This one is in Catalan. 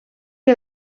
que